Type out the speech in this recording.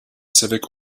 civic